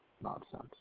nonsense